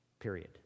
Period